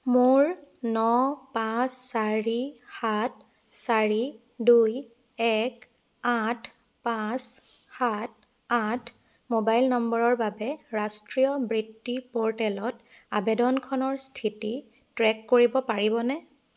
মোৰ ন পাঁচ চাৰি সাত চাৰি দুই এক আঠ পাঁচ সাত আঠ ম'বাইল নম্বৰৰ বাবে ৰাষ্ট্ৰীয় বৃত্তি প'ৰ্টেলত আবেদনখনৰ স্থিতি ট্ৰে'ক কৰিব পাৰিবনে